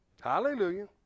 Hallelujah